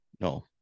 No